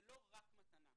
זה לא רק מתנה.